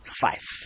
five